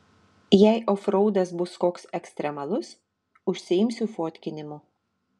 jei ofraudas bus koks ekstremalus užsiimsiu fotkinimu